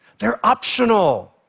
they're optional.